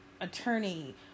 attorney